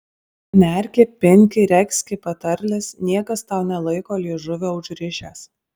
nerki pinki regzki patarles niekas tau nelaiko liežuvio užrišęs